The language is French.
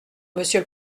monsieur